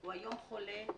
הוא היום חולה.